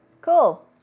Cool